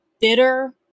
bitter